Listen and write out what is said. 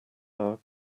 our